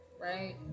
right